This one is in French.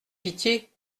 pitié